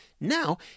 Now